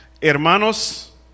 Hermanos